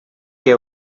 que